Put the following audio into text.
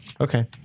Okay